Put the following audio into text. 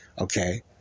Okay